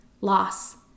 loss